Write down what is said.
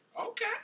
Okay